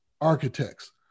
architects